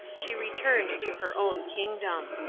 she returned to her own kingdom.